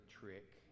trick